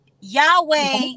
Yahweh